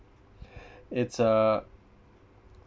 it's a